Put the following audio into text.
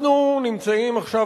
אנחנו נמצאים עכשיו,